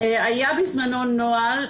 היה בזמנו נוהל,